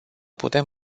putem